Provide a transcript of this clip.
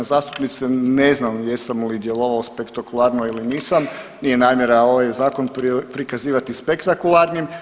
Uvažena zastupnice ne znam jesam li djelovao spektakularno ili nisam nije namjera ovaj zakon prikazivati spektakularnim.